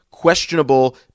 questionable